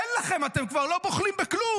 אין לכם, אתם כבר לא בוחלים בכלום.